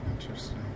interesting